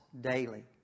daily